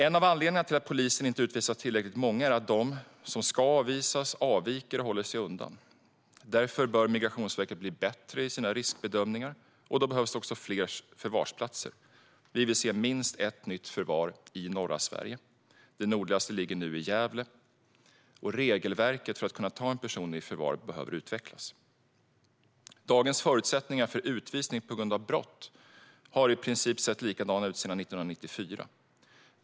En av anledningarna till att polisen inte utvisar tillräckligt många är att de som ska avvisas avviker och håller sig undan. Därför bör Migrationsverket bli bättre i sina riskbedömningar, och då behövs också fler förvarsplatser. Vi vill se minst ett nytt förvar i norra Sverige. Det nordligaste ligger nu i Gävle. Regelverket för att kunna ta en person i förvar behöver utvecklas. Dagens förutsättningar för utvisning på grund av brott har i princip sett likadana ut sedan 1994.